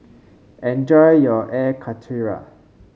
enjoy your Air Karthira